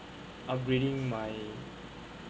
upgrading my